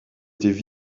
étaient